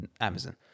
Amazon